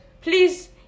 please